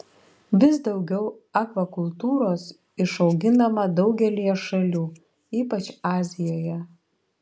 vis daugiau akvakultūros išauginama daugelyje šalių ypač azijoje